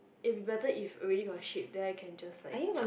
it will be better if already got a shape then I can just like